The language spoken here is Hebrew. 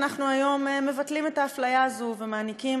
אנחנו היום מבטלים את האפליה הזאת ומעניקים